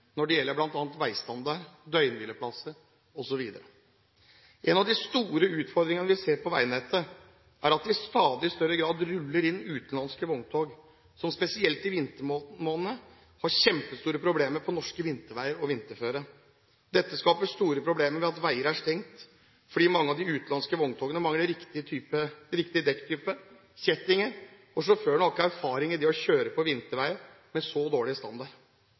når det gjelder bl.a. veistandard, døgnhvileplasser osv. Én av de store utfordringene vi ser på veinettet, er at det i stadig større grad ruller inn utenlandske vogntog, som spesielt i vintermånedene har kjempestore problemer på norske vinterveier og norsk vinterføre. Dette skaper store problemer ved at veier er stengt fordi mange av de utenlandske vogntogene mangler riktig dekktype, kjettinger, og sjåføren har ikke erfaring med å kjøre på vinterveier med så dårlig standard.